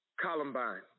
Columbine